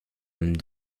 comme